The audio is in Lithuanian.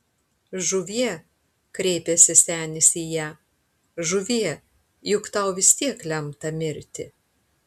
žuvie kreipėsi senis į ją žuvie juk tau vis tiek lemta mirti